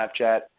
snapchat